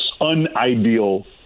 unideal